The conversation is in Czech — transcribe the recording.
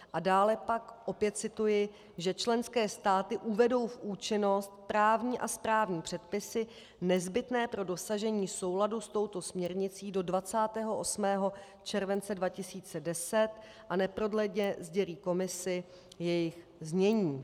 A dále pak opět cituji: Členské státy uvedou v účinnost právní a správní předpisy nezbytné pro dosažení souladu s touto směrnicí do 28. července 2010 a neprodleně sdělí Komisi jejich znění.